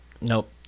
nope